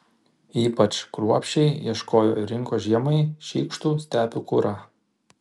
ypač kruopščiai ieškojo ir rinko žiemai šykštų stepių kurą